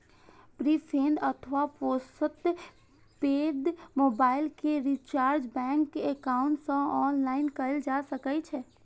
prepaid अथवा postpaid mobile के recharge bank account सं ऑनलाइन कैल जा सकै छै